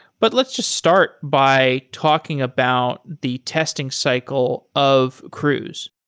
but let's just start by talking about the testing cycle of cruise.